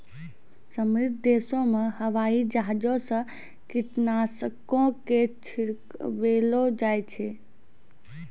समृद्ध देशो मे हवाई जहाजो से कीटनाशको के छिड़कबैलो जाय छै